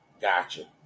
Gotcha